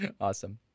Awesome